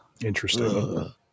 Interesting